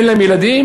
אין להם ילדים?